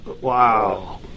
Wow